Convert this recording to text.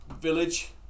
village